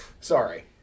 Sorry